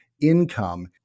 income